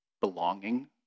Belonging